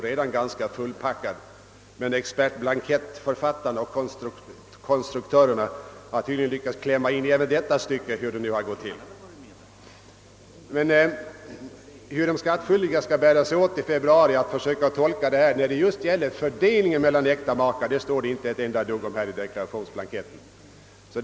Trots detta har emellertid blankettkonstruktörerna lyckats klämma in detta inte så lilla tillägg — hur det nu har gått till. Men hur de skattskyldiga skall bära sig åt i februari för att göra fördelningen av dessa avdrag mellan makarna framgår inte; om den saken står inte ett dugg i deklarationsblanketten.